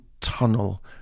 tunnel